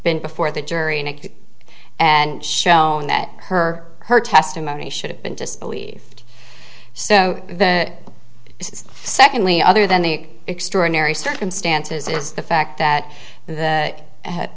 been before the jury nicked and shown that her her testimony should have been disbelieved so it's secondly other than the extraordinary circumstances is the fact that the